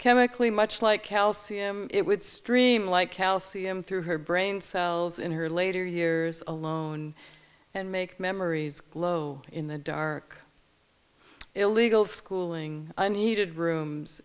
chemically much like calcium it would stream like calcium through her brain cells in her later years alone and make memories glow in the dark illegal schooling a needed rooms